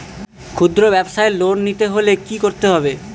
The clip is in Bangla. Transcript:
খুদ্রব্যাবসায় লোন নিতে হলে কি করতে হবে?